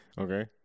Okay